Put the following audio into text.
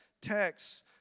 texts